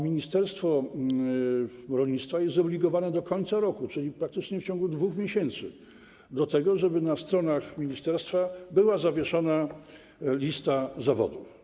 Ministerstwo rolnictwa jest zobligowane do końca roku, czyli praktycznie w ciągu 2 miesięcy, do tego, żeby na stronach ministerstwa była zawieszona lista zawodów.